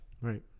right